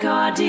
God